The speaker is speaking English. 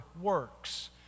works